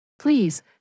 Please